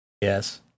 yes